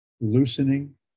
loosening